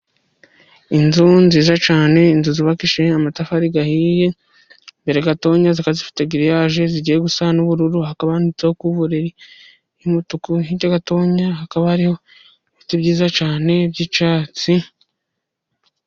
Inzu nziza cyane, inzu zubakishije amatafari ahiye, imbere gato zikaba zifite giriyaje zigiye gusa n'ubururu, hakaba hanitse kuvurori y'umutuku hirya gato hakaba hariho ibiti byiza cyane by'icyatsi.